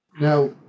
Now